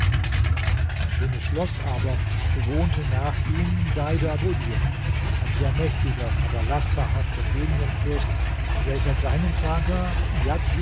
sein schönes schloß aber bewohnte nach ihm deidabudj ein sehr mächtiger aber lasterhafter genienfürst welcher seinen vater